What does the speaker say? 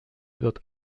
wird